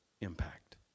impact